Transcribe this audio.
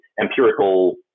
empirical